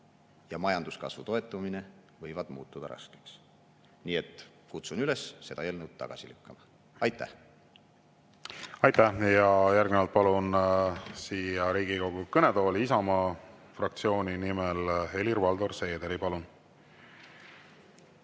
ja majanduskasvu toetamine võivad muutuda raskeks. Nii et kutsun üles seda eelnõu tagasi lükkama. Aitäh! Aitäh! Järgnevalt palun siia Riigikogu kõnetooli Isamaa fraktsiooni nimel Helir-Valdor Seederi. Palun!